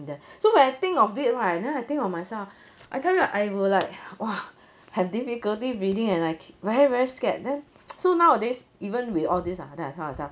there so when I think of it right and then I think of myself I tell you ah I will like !wah! have difficulty breathing and like very very scared then so nowadays even with all these ah then I tell myself